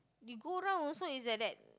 you go round is also like that